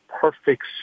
perfect